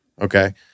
okay